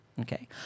okay